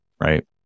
right